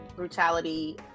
brutality